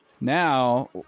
Now